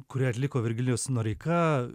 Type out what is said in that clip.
kurį atliko virgilijus noreika